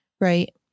Right